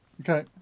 Okay